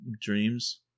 dreams